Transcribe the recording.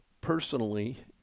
personally